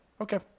Okay